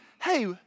hey